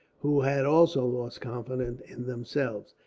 who had also lost confidence in themselves.